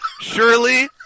surely